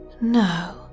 no